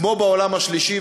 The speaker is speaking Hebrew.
כמו בעולם השלישי.